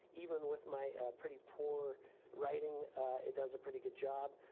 even with my pretty poor writing it does a pretty good job.